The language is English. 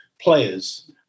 players